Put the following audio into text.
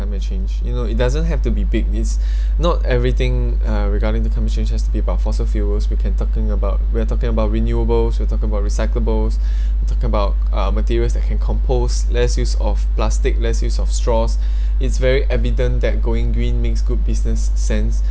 climate change you know it doesn't have to be big it's not everything uh regarding the climate change has to be about fossil fuels we can talking about we're talking about renewables we're talking about recyclables talking about uh materials that can compost less use of plastic less use of straws it's very evident that going green makes good business sense